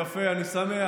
יפה, אני שמח.